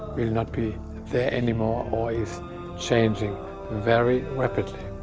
will not be there anymore or is changing very rapidly.